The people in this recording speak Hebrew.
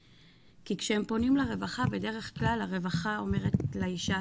כי כשהם פונים לרווחה, הרווחה בד"כ אומרת לאישה,